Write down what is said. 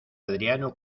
adriano